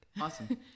Awesome